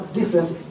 difference